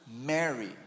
Mary